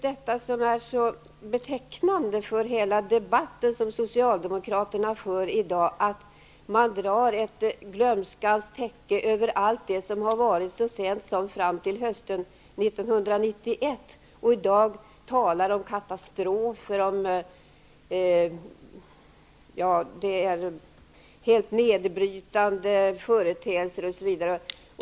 Det som är så betecknande för socialdemokraternas sätt att föra debatten i dag är just att de drar ett glömskans täcke över allt det som har varit så sent som fram till hösten 1991 och i dag talar om katastrofer, helt nedbrytande företeelser etc.